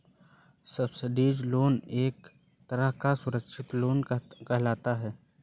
subsidised loan एक तरह का सुरक्षित लोन कहलाता है